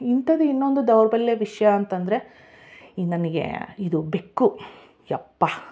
ಇಂಥದ್ದೆ ಇನ್ನೊಂದು ದೌರ್ಬಲ್ಯ ವಿಷಯ ಅಂತಂದರೆ ಈ ನನಗೆ ಇದು ಬೆಕ್ಕು ಎಪ್ಪ